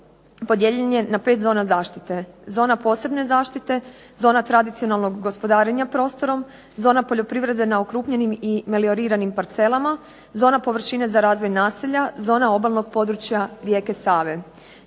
podijeljen je na pet zona zaštite, zona posebne zaštite, zona tradicionalnog gospodarenja prostorom, zona poljoprivrede na okrupnjenim i melioriranim parcelama, zona površine za razvoj naselja, zona obalnog područja rijeke Save.